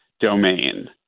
domain